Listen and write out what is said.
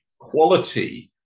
quality